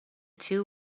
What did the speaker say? two